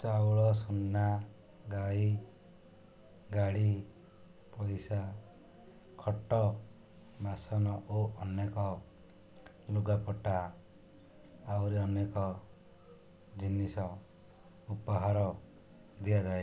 ଚାଉଳ ସୁନା ଗାଈ ଗାଡ଼ି ପଇସା ଖଟ ବାସନ ଓ ଅନେକ ଲୁଗାପଟା ଆହୁରି ଅନେକ ଜିନିଷ ଉପହାର ଦିଆଯାଏ